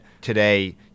today